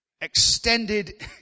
extended